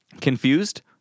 Confused